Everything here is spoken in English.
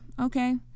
okay